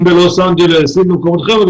בלוס אנג'לס ובמקומות אחרים.